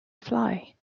fly